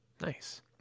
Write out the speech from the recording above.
Nice